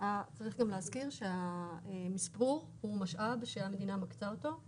--- צריך להזכיר גם שהמספור הוא משאב שהמדינה מקצה אותו.